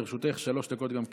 לרשותך שלוש דקות גם כן.